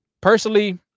Personally